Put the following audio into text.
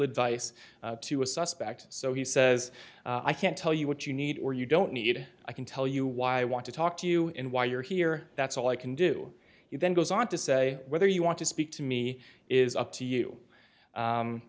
advice to a suspect so he says i can't tell you what you need or you don't need i can tell you why i want to talk to you in why you're here that's all i can do you then goes on to say whether you want to speak to me is up to you